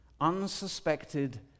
unsuspected